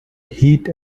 heat